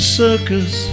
circus